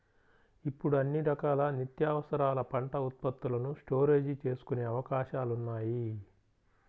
ఇప్పుడు అన్ని రకాల నిత్యావసరాల పంట ఉత్పత్తులను స్టోరేజీ చేసుకునే అవకాశాలున్నాయి